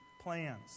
plans